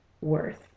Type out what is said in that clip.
worth